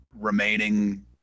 remaining